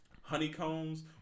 Honeycombs